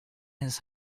his